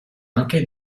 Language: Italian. anche